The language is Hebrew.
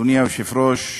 אדוני היושב-ראש,